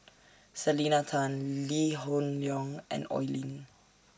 Selena Tan Lee Hoon Leong and Oi Lin